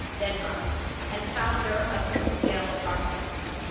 denmark and founder of gehl architects.